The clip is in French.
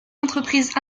entreprises